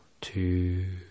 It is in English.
Two